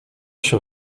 się